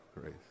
grace